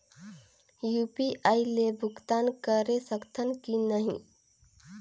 UPI ले भुगतान करे सकथन कि नहीं?